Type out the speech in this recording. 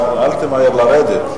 אדוני סגן שר האוצר, אל תמהר לרדת.